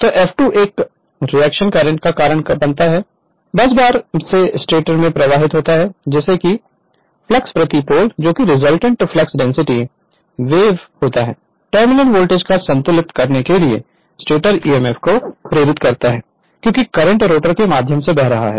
तो F2 एक reaction current का कारण बनता है बसबार से स्टेटर में प्रवाहित होता है जैसे कि फ्लक्स प्रति पोल जो resultant flux density wave phi r होता है जो टर्मिनल वोल्टेज को संतुलित करने के लिए स्टेटर emf को प्रेरित करता है क्योंकि करंट रोटर के माध्यम से बह रहा है